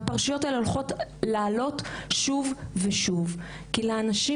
הפרשיות האלה הולכות לעלות שוב ושוב כי לאנשים